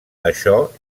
això